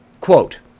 quote